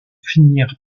finir